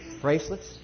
Bracelets